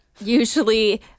usually